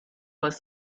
was